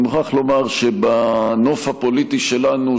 אני מוכרח לומר שבנוף הפוליטי שלנו,